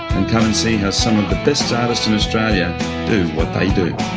and come and see how some of the best artists in australia do what they do.